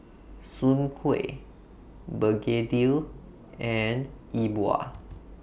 Soon Kway Begedil and E Bua